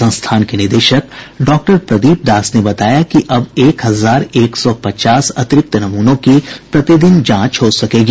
संस्थान के निदेशक डॉक्टर प्रदीप दास ने बताया कि अब एक हजार एक सौ पचास अतिरिक्त नमूनों की प्रतिदिन जांच हो सकेगी